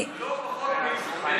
לא פחות ממך.